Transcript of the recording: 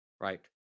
right